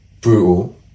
Brutal